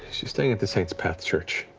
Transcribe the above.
staying at the saint's path church.